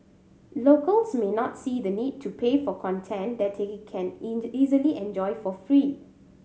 locals may not see the need to pay for content that they can easily enjoy for free